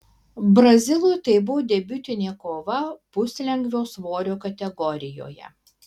brazilui tai buvo debiutinė kova puslengvio svorio kategorijoje